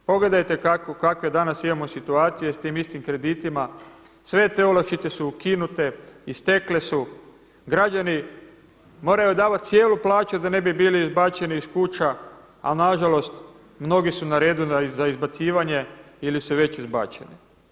Pogledajte kakve danas imamo situacije sa tim istim kreditima, sve te olakšice su ukinute i stekle su, građani moraju davati cijelu plaću da ne bi bili izbačeni iz kuća ali nažalost mnogi su na redu za izbacivanje ili su već izbačeni.